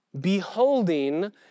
beholding